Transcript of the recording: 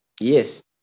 Yes